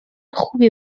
خوبی